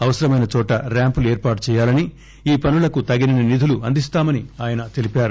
అవసరమైన చోట ర్యాంపులు ఏర్పాటు చేయాలని ఈ పనులకు తగినన్ని నిధులు అందిస్తామని ఆయన తెలిపారు